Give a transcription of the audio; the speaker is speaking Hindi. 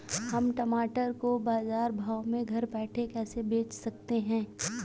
हम टमाटर को बाजार भाव में घर बैठे कैसे बेच सकते हैं?